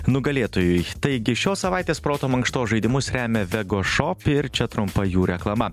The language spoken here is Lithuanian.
nugalėtojui taigi šios savaitės proto mankštos žaidimus remia vegošop ir čia trumpa jų reklama